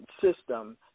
system